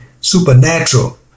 supernatural